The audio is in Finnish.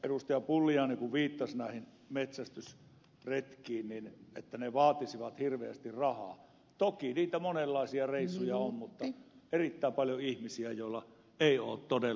pulliainen viittasi metsästysretkiin että ne vaatisivat hirveästi rahaa toki niitä monenlaisia reissuja on mutta on erittäin paljon ihmisiä joilla ei ole todella